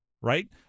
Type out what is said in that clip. Right